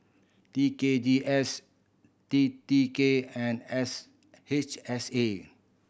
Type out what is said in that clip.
T K G S T T K and S H S A